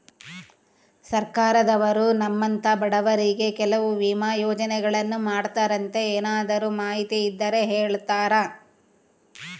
ಸರ್ಕಾರದವರು ನಮ್ಮಂಥ ಬಡವರಿಗಾಗಿ ಕೆಲವು ವಿಮಾ ಯೋಜನೆಗಳನ್ನ ಮಾಡ್ತಾರಂತೆ ಏನಾದರೂ ಮಾಹಿತಿ ಇದ್ದರೆ ಹೇಳ್ತೇರಾ?